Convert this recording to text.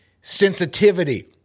sensitivity